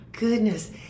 Goodness